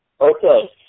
Okay